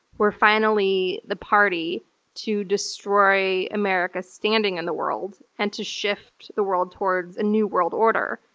were finally the party to destroy america's standing in the world, and to shift the world towards a new world order.